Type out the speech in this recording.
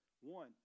One